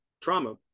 trauma